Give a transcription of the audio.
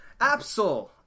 Absol